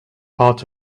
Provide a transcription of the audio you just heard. part